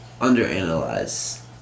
underanalyze